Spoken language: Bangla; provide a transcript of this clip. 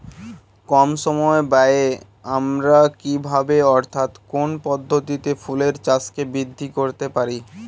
কম সময় ব্যায়ে আমরা কি ভাবে অর্থাৎ কোন পদ্ধতিতে ফুলের চাষকে বৃদ্ধি করতে পারি?